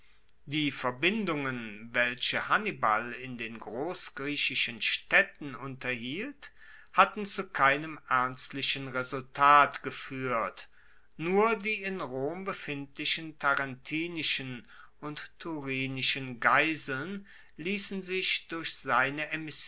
die verbindungen welche hannibal in den grossgriechischen staedten unterhielt hatten zu keinem ernstlichen resultat gefuehrt nur die in rom befindlichen tarentinischen und thurinischen geiseln liessen sich durch seine